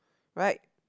right